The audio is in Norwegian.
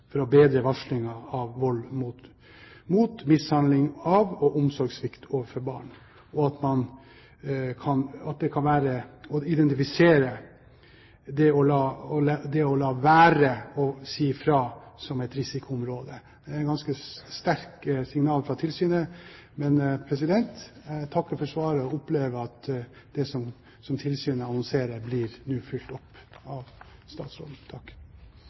for å bedre varslingen av vold og mot mishandling av og omsorgssvikt overfor barn og å identifisere det å la være å si fra som et risikoområde. Det er ganske sterke signal fra tilsynet. Jeg takker for svaret og opplever at det som tilsynet annonserer, nå blir fulgt opp av statsråden.